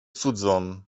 cudzą